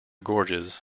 gorges